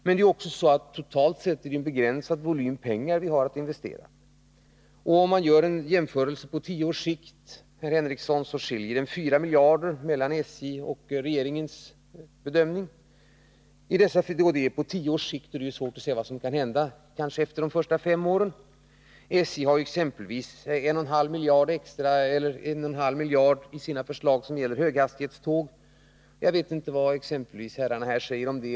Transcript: Det är ju en totalt sett begränsad volym pengar vi har att investera. Och om vi, herr Henricsson, gör en jämförelse på tio års sikt, så skiljer det 4 miljarder mellan SJ:s och regeringens bedömning, Det är alltså på tio års sikt, och det är svårt att förutse vad som kan hända efter t, ex. de första fem åren. Så gäller exempelvis 1,5 miljarder av summan i SJ:s förslag höghastighetståg. Jag vet inte vad herrarna säger om det.